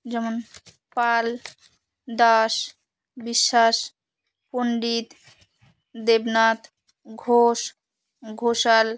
যেমন পাল দাস বিশ্বাস পণ্ডিত দেবনাথ ঘোষ ঘোষাল